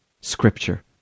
scripture